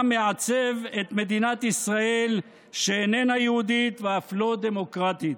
מעצב מדינת ישראל שאיננה יהודית ואף לא דמוקרטית.